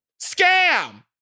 scam